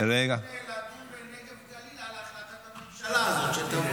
אנחנו רוצים לדון בנגב-גליל על החלטת הממשלה הזאת שתבוא.